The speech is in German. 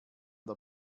der